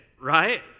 Right